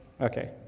Okay